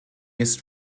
jetzt